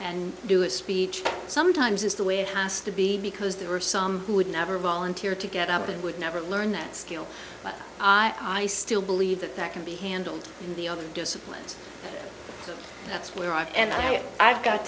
and do a speech sometimes is the way it has to be because there are some who would never volunteer to get up and would never learn that skill but i still believe that that can be handled in the other disciplines that's where i've and ok i've got